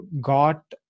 got